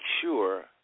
sure